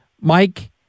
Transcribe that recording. Mike